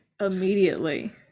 immediately